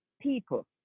people